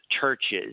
churches